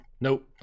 Nope